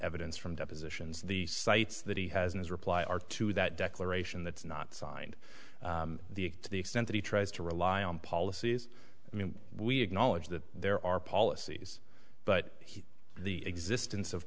evidence from depositions the sites that he has in his reply are to that declaration that's not signed the to the extent that he tries to rely on policies i mean we acknowledge that there are policies but he the existence of